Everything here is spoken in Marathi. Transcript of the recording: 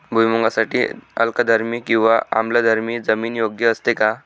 भुईमूगासाठी अल्कधर्मी किंवा आम्लधर्मी जमीन योग्य असते का?